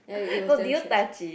no did you touch it